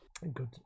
Good